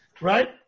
Right